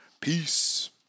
Peace